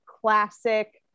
classic